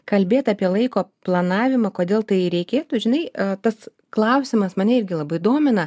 kalbėt apie laiko planavimą kodėl tai reikėtų žinai tas klausimas mane irgi labai domina